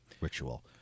ritual